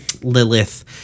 Lilith